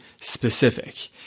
specific